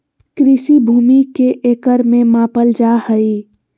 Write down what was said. कृषि भूमि के एकड़ में मापल जाय हइ